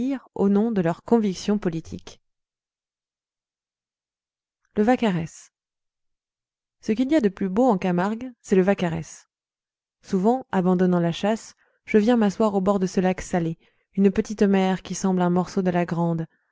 au nom de leurs convictions politiques v le vaccarès ce qu'il y a de plus beau en camargue c'est le vaccarès souvent abandonnant la chasse je viens m'asseoir au bord de ce lac salé une petite mer qui semble un morceau de la grande